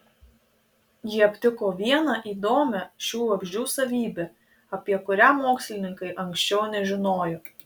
ji aptiko vieną įdomią šių vabzdžių savybę apie kurią mokslininkai anksčiau nežinojo